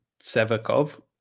Sevakov